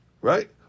right